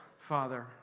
Father